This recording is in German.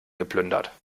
geplündert